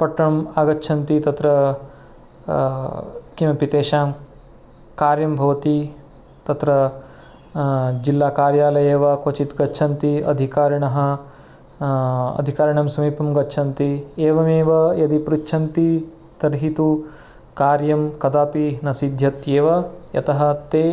पट्टणम् आगच्छन्ति तत्र किमपि तेषां कार्यं भवति तत्र जिल्लाकार्यालये वा क्वचित् गच्छन्ति अधिकारिणः अधिकारिणां समीपं गच्छन्ति एवमेव यदि पृच्छन्ति तर्हि तु कार्यं कदापि न सिद्ध्यत्येव यतः ते